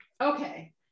Okay